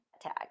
tag